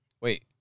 Wait